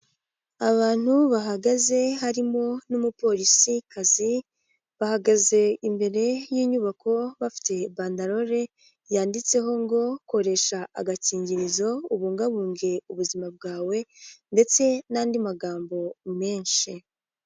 Abantu bahagaze harimo n'umupolisikazi, bahagaze imbere y'inyubako bafite bandarore, yanditseho ngo koresha agakingirizo ubungabunge ubuzima bwawe ndetse nandi magambo menshi.